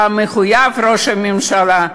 אתה מחויב, ראש הממשלה.